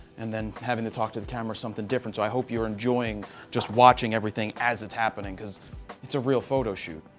and then having to talk to the camera something different. so i hope you're enjoying just watching everything, as it's happening because it's a real photo shoot.